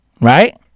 right